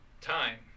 Time